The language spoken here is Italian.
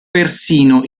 persino